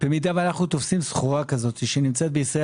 אם אנו תופסים סחורה כזו שנמצאת בישראל